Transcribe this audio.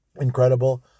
Incredible